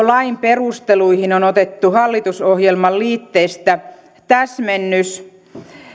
lain perusteluihin on otettu hallitusohjelman liitteestä täsmennys